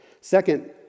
Second